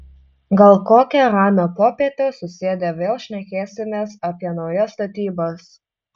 gal kokią ramią popietę susėdę vėl šnekėsimės apie naujas statybas